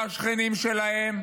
לא השכנים שלהם,